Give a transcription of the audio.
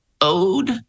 Ode